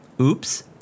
Oops